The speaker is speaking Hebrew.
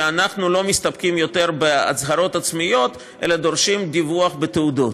שאנחנו לא מסתפקים יותר בהצהרות עצמיות אלא דורשים דיווח בתעודות.